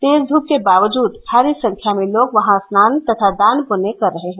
तेज धूप के बावजूद भारी संख्या में लोग वहां स्नान तथा दान पुण्य कर रहे हैं